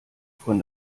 von